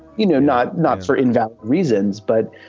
you know, not not for evap reasons, but.